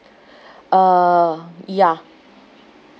uh ya